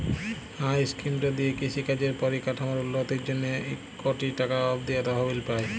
হাঁ ইস্কিমট দিঁয়ে কিষি কাজের পরিকাঠামোর উল্ল্যতির জ্যনহে ইক কটি টাকা অব্দি তহবিল পায়